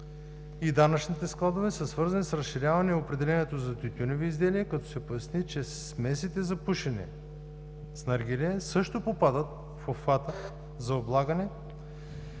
и данъчните складове са свързани с разширяване определението за тютюневи изделия, като се поясни, че смесите за пушене с наргиле също попадат в обхвата за облагане.